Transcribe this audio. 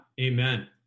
amen